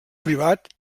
privat